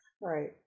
Right